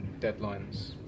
deadlines